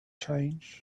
change